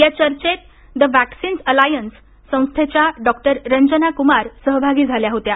या चर्चेत the vaccines alliance संस्थेच्या ड़ॉ रंजना कुमार सहभागी झाल्या होत्या